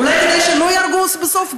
אולי כדי שלא יהרגו בסוף,